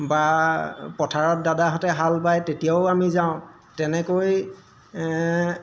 বা পথাৰত দাদাহঁতে হাল বায় তেতিয়াও আমি যাওঁ তেনেকৈ